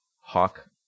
hawk